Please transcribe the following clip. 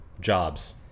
Jobs